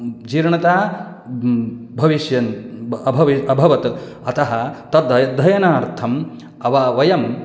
जीर्णता भविष्यन् अभवि अभवत् अतः तत् अध्ययनार्थम् अव वयं